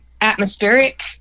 atmospheric